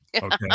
Okay